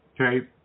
Okay